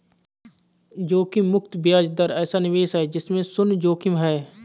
जोखिम मुक्त ब्याज दर ऐसा निवेश है जिसमें शुन्य जोखिम है